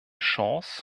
chance